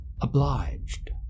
Obliged